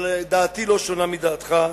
אבל דעתי לא שונה מדעתך,